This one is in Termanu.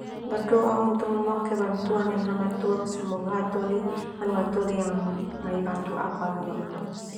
Berdoa untuk moke bantuan neme lamatuak semoga manu hatoli yang mai bantu au kalua.